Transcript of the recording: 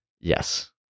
Yes